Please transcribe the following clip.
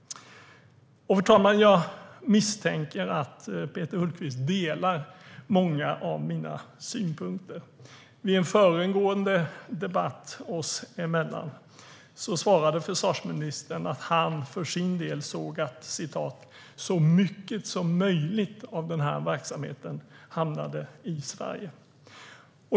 Fru talman! Jag misstänker att Peter Hultqvist delar många av mina synpunkter. Vid en föregående debatt oss emellan sa försvarsministern att han för sin del gärna såg att så mycket som möjligt av den här verksamheten hamnade i Sverige.